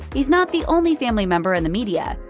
he's not the only family member in the media.